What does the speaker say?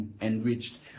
enriched